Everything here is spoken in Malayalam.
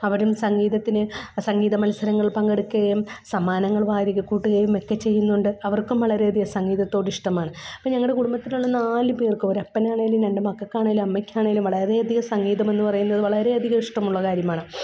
അവരും സംഗീതത്തിന് സംഗീത മത്സരങ്ങളിൽ പങ്കെടുക്കുകയും സമ്മാനങ്ങൾ വാരി കൂട്ടുകയുമൊക്കെ ചെയ്യുന്നുണ്ട് അവർക്കും വളരെയധികം സംഗീതത്തോട് ഇഷ്ടമാണ് അപ്പോൾ ഞങ്ങളുടെ കുടുംബത്തിലുള്ള നാല് പേർക്കും ഒരപ്പനാണെങ്കിലും രണ്ട് മക്കൾക്കാണെങ്കിലും അമ്മക്കാണെങ്കിലും വളരെയധികം സംഗീതമെന്ന് പറയുന്നത് വളരെയധികം ഇഷ്ടമുള്ള കാര്യമാണ്